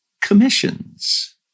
commissions